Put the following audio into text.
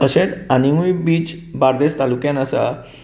तशेंच आनीकूय बीच बार्देस तालुक्यांत आसात